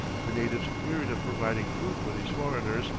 the natives wearied of providing food for these foreigners,